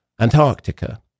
Antarctica